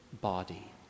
body